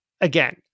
again